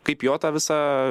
kaip jo ta visa